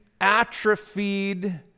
atrophied